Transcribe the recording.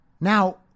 Now